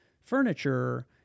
furniture